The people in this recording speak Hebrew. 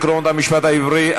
עקרונות המשפט העברי),